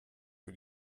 für